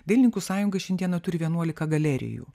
dailininkų sąjunga šiandieną turi vienuolika galerijų